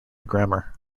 grammar